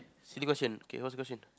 silly question kay what's the question